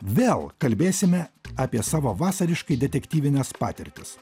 vėl kalbėsime apie savo vasariškai detektyvines patirtis